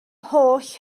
holl